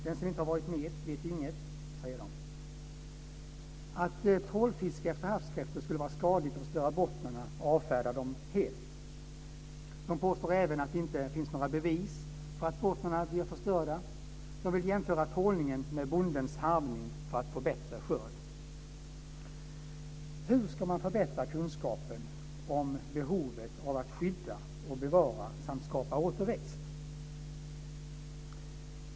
Den som inte har varit med vet inget, säger de. Att trålfiske efter havskräftor skulle vara skadligt och förstöra bottnarna avfärdar de helt. De påstår även att det inte finns några bevis för att bottnarna blir förstörda. De vill jämföra trålningen med bondens harvning för att få bättre skörd. Hur ska man förbättra kunskapen om behovet av att skydda och bevara samt skapa återväxt?